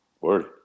Word